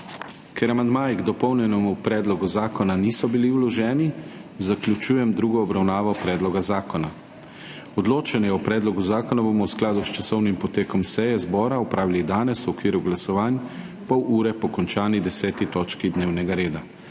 Ker amandmaji k dopolnjenemu predlogu zakona niso bili vloženi, zaključujem drugo obravnavo predloga zakona. Odločanje o predlogu zakona bomo v skladu s časovnim potekom seje zbora opravili danes v okviru glasovanj, pol ure po končani 10. točki dnevnega reda.